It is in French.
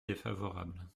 défavorable